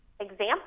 example